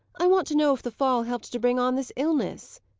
i want to know if the fall helped to bring on this illness?